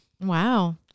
Wow